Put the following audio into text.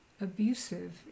abusive